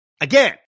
Again